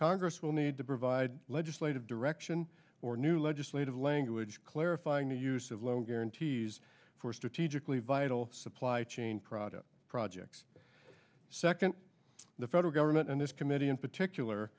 congress will need to provide legislative direction or new legislative language clarifying the use of loan guarantees for strategically vital supply chain product projects second the federal government and this committee in particular